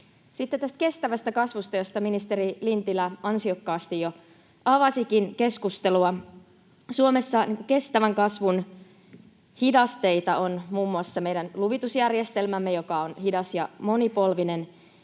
Sitten tästä kestävästä kasvusta, josta ministeri Lintilä ansiokkaasti jo avasikin keskustelua. Suomessa kestävän kasvun hidasteita ovat muun muassa meidän luvitusjärjestelmämme, joka on hidas ja monipolvinen,